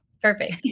Perfect